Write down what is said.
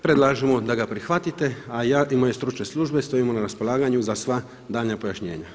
Predlažemo da ga prihvatite a ja i moje stručne službe stojimo na raspolaganju za sva daljnja pojašnjenja.